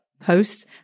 post